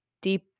deep